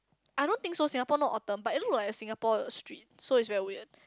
I don't think so Singapore no Autumn but it looks like a Singapore street so it's very weird